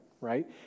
right